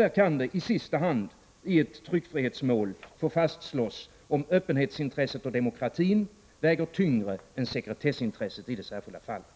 Där kan det i sista hand i ett tryckfrihetsmål få fastslås om öppenhetsintresset och demokratin väger tyngre än sekretessintresset i det särskilda fallet.